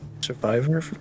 survivor